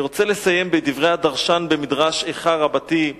ואני רוצה לסיים בדברי הדרשן במדרש איכה רבתי,